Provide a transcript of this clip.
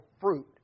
fruit